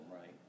right